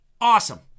Awesome